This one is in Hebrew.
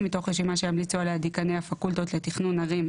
מתוך רשימה שימליצו עליה דיקני הפקולטות לתכנון ערים,